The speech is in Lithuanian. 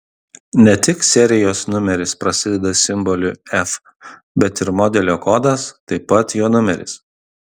ne tik serijos numeris prasideda simboliu f bet ir modelio kodas taip pat jo numeris